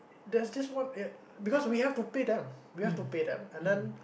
there's this one because we have to pay them we have to pay them and then